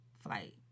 flight